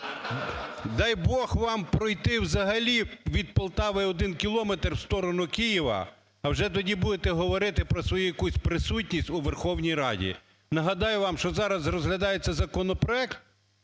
Дай Бог, вам пройти взагалі від Полтави один кілометр в сторону Києва, а вже тоді будете говорити про свою якусь присутність у Верховній Раді. Нагадаю вам, що зараз розглядається законопроект,